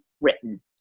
written